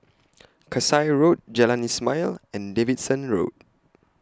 Kasai Road Jalan Ismail and Davidson Road